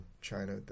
China